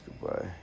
Goodbye